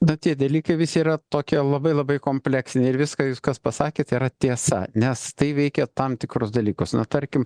nu tie dalykai visi yra tokie labai labai kompleksiniai ir viską jūs kas pasakėt yra tiesa nes tai veikia tam tikrus dalykus na tarkim